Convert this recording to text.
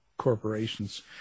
corporations